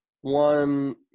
one